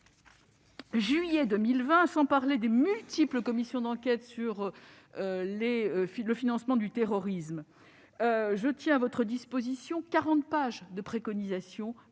2020, juillet 2020, sans parler des multiples commissions d'enquête sur le financement du terrorisme. Je tiens à votre disposition quarante pages de préconisations